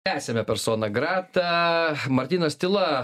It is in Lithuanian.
tęsiame persona grata martynas tyla